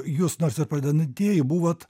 jūs nors ir pradedantieji buvot